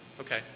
Okay